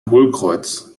hohlkreuz